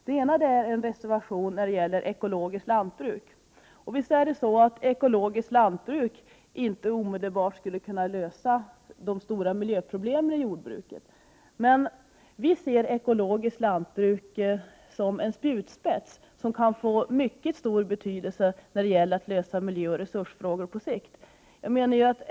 Den ena gäller ekologiskt lantbruk. Visst är det sant att det inte omedelbart skulle kunna lösa de stora miljöproblemen inom jordbruket, men vi ser ekologiskt lantbruk som en spjutspets, som kan få mycket stor betydelse när det gäller att lösa miljöoch resursfrågorna på sikt.